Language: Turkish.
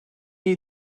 iyi